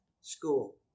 school